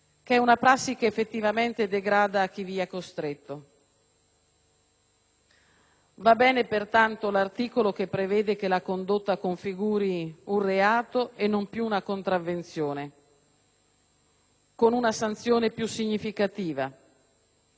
Va bene, pertanto, l'articolo che prevede che la condotta configuri un reato e non più una contravvenzione, con una sanzione più significativa, previsioni peraltro già proposte nella passata legislatura.